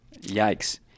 Yikes